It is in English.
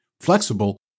flexible